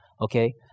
Okay